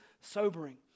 sobering